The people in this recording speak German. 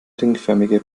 ringförmige